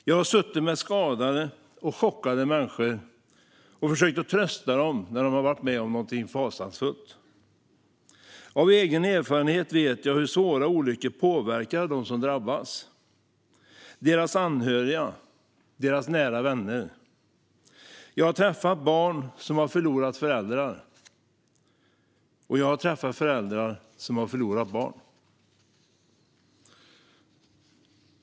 Jag har suttit med skadade och chockade människor och försökt trösta dem när de har varit med om någonting fasansfullt. Av egen erfarenhet vet jag hur svåra olyckor påverkar dem som drabbas, deras anhöriga och nära vänner. Jag har träffat barn som har förlorat föräldrar, och jag har träffat föräldrar som har förlorat barn.